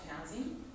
housing